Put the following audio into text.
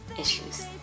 issues